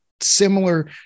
similar